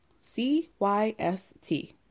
C-Y-S-T